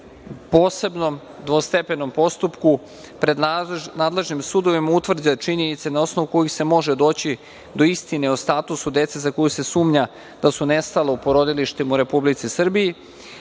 posebnom dvostepenom postupku pred nadležnim sudovima utvrde činjenice na osnovu kojih se može doći do istine o statusu dece za koju se sumnja da su nestala u porodilištima u Republici Srbiji,